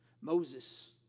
Moses